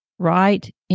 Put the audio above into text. Right